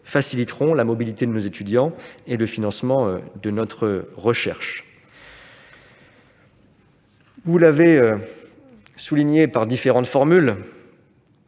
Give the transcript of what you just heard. faciliterons la mobilité de nos étudiants et le financement de notre recherche. Vous l'avez souligné par différentes formules,